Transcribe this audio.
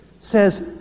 says